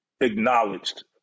acknowledged